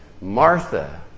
Martha